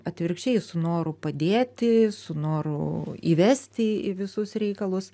atvirkščiai su noru padėti su noru įvesti į visus reikalus